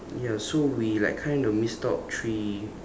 ya so we like kinda missed out three